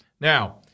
Now